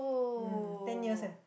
um ten years eh